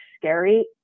scary